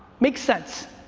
makes sense.